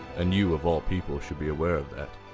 and you of all people should be aware of that.